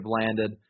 landed